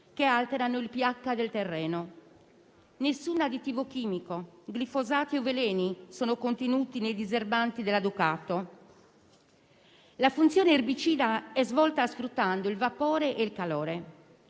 che alterano il pH del terreno. Nessun additivo chimico, glifosato o veleni sono contenuti nei diserbanti della Ducato. La funzione erbicida è svolta sfruttando il vapore e il calore.